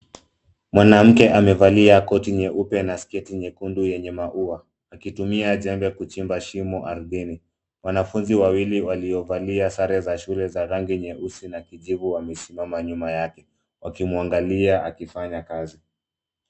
Mwanamke amevalia koti nyeupe na sketi nyekundu yenye maua akitumia jembe kuchimba shimo ardhini. Wanafunzi wawili waliovalia sare za shule za rangi nyeupe na kijivu wamesimama nyuma yake wakimwangalia akifanya kazi.